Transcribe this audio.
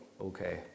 Okay